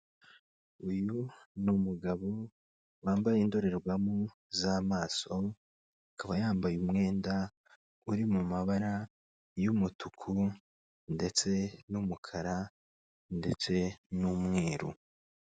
Uyu ni umugabo wambaye indorerwamo z'amaso, akaba yambaye umwenda uri mu mabara y'umutuku ndetse n'umukara ndetse n'umweru.